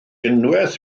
unwaith